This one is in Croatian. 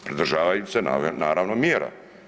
Pridržavaju se naravno mjera.